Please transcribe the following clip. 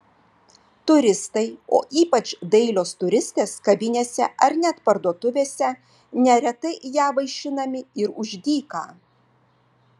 turistai o ypač dailios turistės kavinėse ar net parduotuvėse neretai ja vaišinami ir už dyką